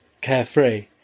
carefree